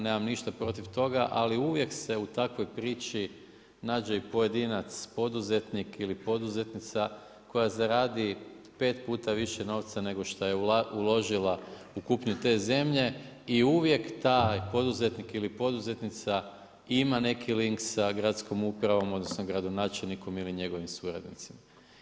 Nemam ništa protiv toga, ali uvijek se u takvoj priči nađe i pojedinac poduzetnik ili poduzetnica koja zaradi pet puta više novca nego što je uložila u kupnju te zemlje i uvijek taj poduzetnik ili poduzetnica ima neki link sa gradskom upravom, odnosno, gradonačelnikom ili njegovim suradnicima.